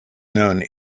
known